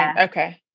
okay